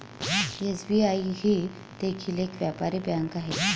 SBI ही देखील एक व्यापारी बँक आहे